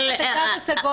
יש את התו הסגול.